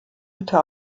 hütte